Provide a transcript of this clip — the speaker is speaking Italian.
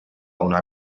una